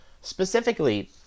Specifically